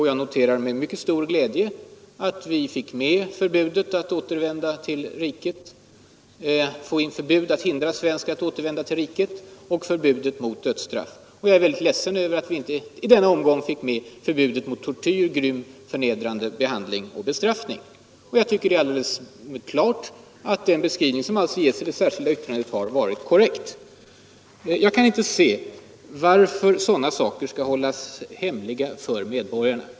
Jag noterar med mycket stor glädje att vi fick in förbud mot att hindra svensk medborgare att återvända till riket och att vi likaså skrev in förbudet mot dödsstraff. Jag är ledsen över att vi inte i denna omgång fick med förbudet mot tortyr och grym förnedrande behandling och bestraffning. Jag tycker det är alldeles klart att den beskrivning som ges i det särskilda yttrandet har varit korrekt. Och jag kan inte se varför sådana saker skall hållas hemliga för medborgarna.